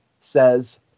says